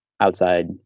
outside